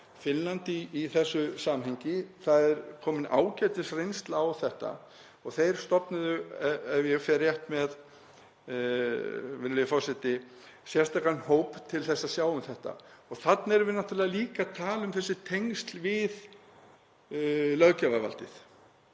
Finnland í þessu samhengi. Þar er komin ágætisreynsla á þetta og þeir stofnuðu, ef ég fer rétt með, virðulegi forseti, sérstakan hóp til að sjá um þetta. Þarna erum við náttúrlega líka að tala um tengsl við löggjafarvaldið